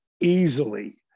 easily